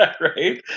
Right